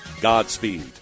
Godspeed